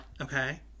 Okay